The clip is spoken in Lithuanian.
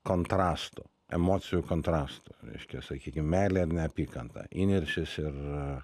kontrastu emocijų kontrastu reiškia sakykim meilė ir neapykanta įniršis ir